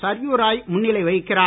சர்யு ராய் முன்னிலை வகிக்கிறார்